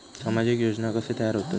सामाजिक योजना कसे तयार होतत?